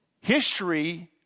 history